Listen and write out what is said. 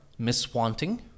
miswanting